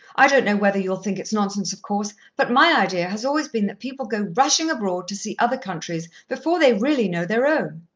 i don't know whether you'll think it's nonsense, of course, but my idea has always been that people go rushing abroad to see other countries before they really know their own.